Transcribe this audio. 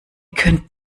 könnt